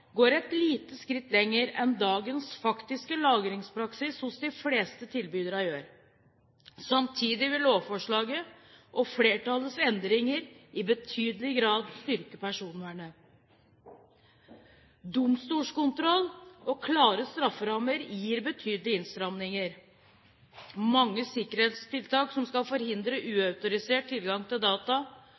går et lite skritt lenger enn dagens faktiske lagringspraksis hos de fleste tilbyderne. Samtidig vil lovforslaget og flertallets endringer i betydelig grad styrke personvernet. Domstolskontroll og klare strafferammer gir betydelige innstramminger. Mange sikkerhetstiltak som skal forhindre uautorisert tilgang til data